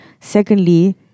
Secondly